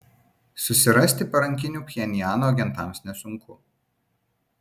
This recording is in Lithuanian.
susirasti parankinių pchenjano agentams nesunku